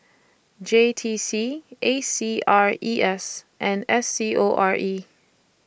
J T C A C R E S and S C O R E